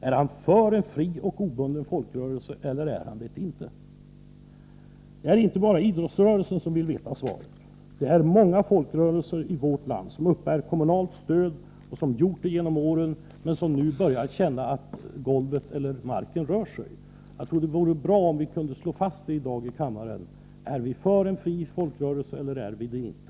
Är han för en fri och obunden folkrörelse eller är han det inte? Det är inte bara idrottsrörelsen som vill veta svaret. Det är många folkrörelser i vårt land som uppbär kommunalt stöd och som gjort det genom åren, men som nu börjar känna att marken rör sig under dem. Jag tror att det vore bra om vi i dag här i kammaren kunde få fastslaget om regeringen är för en fri folkrörelse eller inte.